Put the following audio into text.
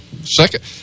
Second